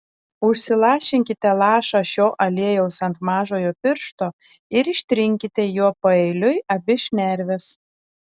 užsilašinkite lašą šio aliejaus ant mažojo piršto ir ištrinkite juo paeiliui abi šnerves